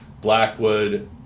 Blackwood